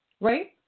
right